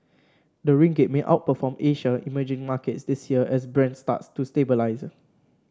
the ringgit may outperform Asia emerging markets this year as Brent starts to stabilise